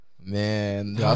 Man